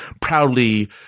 proudly